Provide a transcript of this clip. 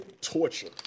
Torture